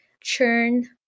churn